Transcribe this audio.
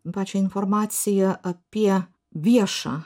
pačią informaciją apie viešą